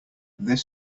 this